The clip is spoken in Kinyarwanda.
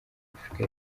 afurika